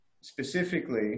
specifically